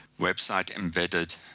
website-embedded